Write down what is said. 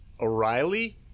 O'Reilly